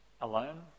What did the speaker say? Alone